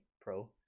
Pro